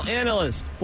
analyst